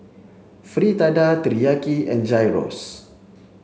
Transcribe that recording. Fritada Teriyaki and Gyros